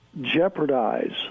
jeopardize